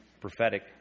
prophetic